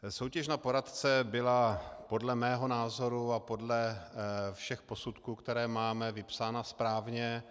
Soutěž na poradce byla podle mého názoru a podle všech posudků, které máme, vypsána správně.